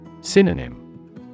Synonym